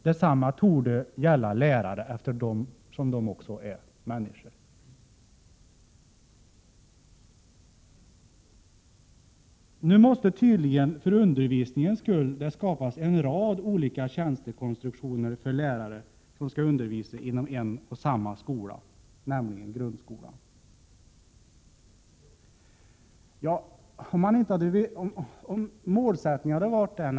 Detsamma torde gälla lärare, eftersom de också är människor. Nu måste tydligen det för undervisningens skull skapas en rad olika tjänstekonstruktioner för lärare som skall undervisa inom en och samma skola, nämligen 39 grundskolan.